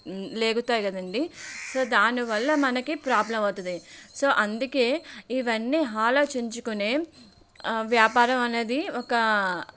రేగుతాయి కదండి సో దాని వల్ల మనకు ప్రాబ్లమ్ అవుతుంది సో అందుకు ఇవన్నీ ఆలోచించుకుని వ్యాపారం అనేది ఒక